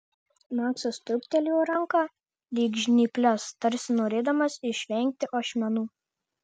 maksas trūktelėjo ranką lyg žnyples tarsi norėdamas išvengti ašmenų